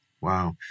Wow